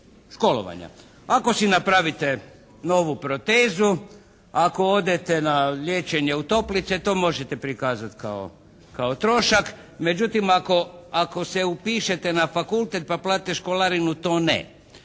školovanja. Ako si napravite novu protezu, ako odete na liječenje u toplice to možete prikazati kao trošak, međutim ako se upišete na fakultet na platite školarinu to ne.